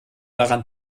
daran